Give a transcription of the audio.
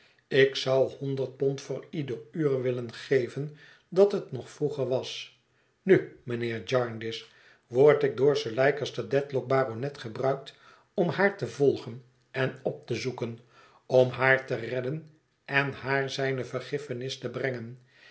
ik zou honderd pond voor ieder uur willen geven dat het nog vroeger was nu mijnheer jarndyce word ik door sir leicester dedlock baronet gebruikt om haar te volgen en op te zoeken om haar te redden en haar zijne vergiffenis te brengen